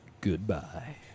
Goodbye